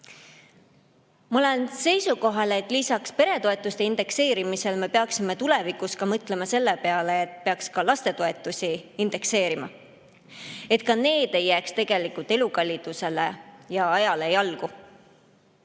Ma olen seisukohal, et lisaks peretoetuste indekseerimisele me peaksime tulevikus mõtlema selle peale, et peaks ka lastetoetusi indekseerima, et ka need ei jääks elukallidusele ja ajale jalgu.